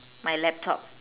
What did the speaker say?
my laptop